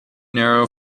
narrow